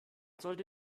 sollte